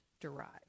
derived